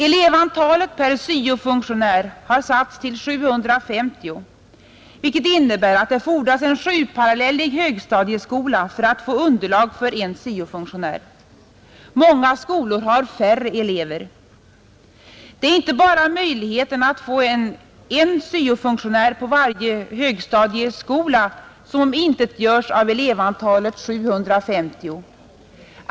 Elevantalet per syo-funktionär har satts till 750, vilket innebär att det fordras en 7-parallellig högstadieskola för att få underlag för en syo-funktionär. Många skolor har färre elever. Det är inte bara möjligheterna att få en syo-funktionär på varje högstadieskola som omintetgöres av elevantalet 750.